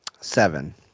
Seven